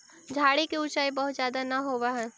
झाड़ि के ऊँचाई बहुत ज्यादा न होवऽ हई